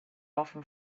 often